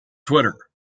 twitter